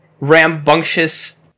rambunctious